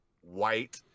white